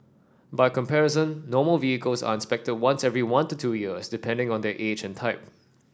by comparison normal vehicles are inspected once every one to two years depending on their age and type